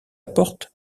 porte